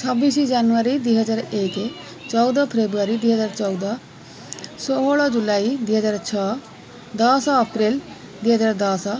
ଛବିଶ ଜାନୁଆରୀ ଦୁଇ ହଜାର ଏକ ଚଉଦ ଫେବୃଆରୀ ଦୁଇ ହଜାର ଚଉଦ ଷୋହଳ ଜୁଲାଇ ଦୁଇ ହଜାର ଛଅ ଦଶ ଏପ୍ରିଲ୍ ଦୁଇ ହଜାର ଦଶ